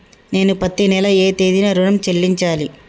నేను పత్తి నెల ఏ తేదీనా ఋణం చెల్లించాలి?